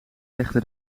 legde